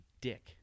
Dick